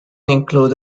include